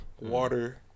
Water